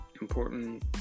important